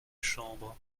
chambre